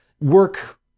work